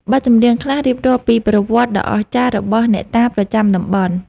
បទចម្រៀងខ្លះរៀបរាប់ពីប្រវត្តិដ៏អស្ចារ្យរបស់អ្នកតាប្រចាំតំបន់។